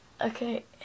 Okay